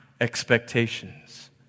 expectations